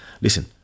listen